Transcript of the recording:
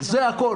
זה הכול.